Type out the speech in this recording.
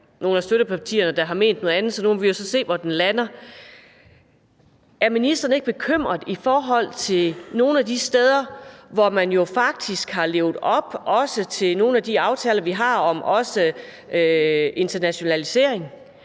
nogle af støttepartierne, der har ment noget andet, så nu må vi se, hvor den lander. Er ministeren ikke bekymret i forhold til nogle af de steder, hvor man jo faktisk har levet op til også nogle af de aftaler, vi har, om internationalisering,